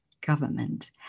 government